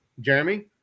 Jeremy